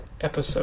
episode